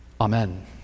Amen